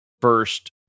first